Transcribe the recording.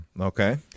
Okay